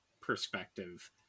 perspective